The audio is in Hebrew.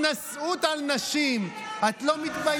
איזה התנשאות על נשים, את לא מתביישת.